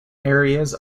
areas